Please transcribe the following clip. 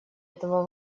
этого